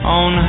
on